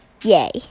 yay